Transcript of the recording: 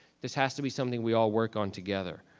this has to be something we all work on together.